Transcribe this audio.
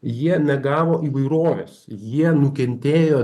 jie negavo įvairovės jie nukentėjo